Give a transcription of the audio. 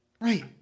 Right